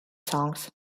songs